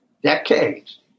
Decades